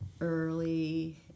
early